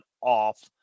off